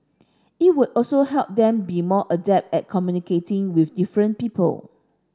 it would also help them be more adept at communicating with different people